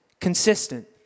consistent